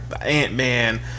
Ant-Man